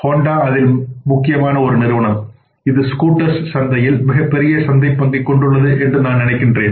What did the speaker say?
Honda அதில் ஒரு முக்கியஒரு நிறுவனம் இது ஸ்கூட்டர்கள் சந்தையில் மிகப்பெரிய சந்தைப் பங்கைக் கொண்டுள்ளது என்று நான் நினைக்கிறேன்